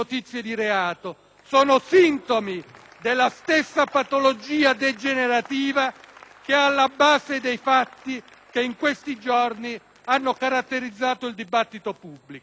che è alla base dei fatti che in questi giorni hanno caratterizzato il dibattito pubblico. Tutti presto saremo chiamati a prenderne atto e a riflettere in profondità.